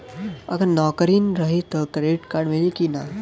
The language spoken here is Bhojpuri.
अगर नौकरीन रही त क्रेडिट कार्ड मिली कि ना?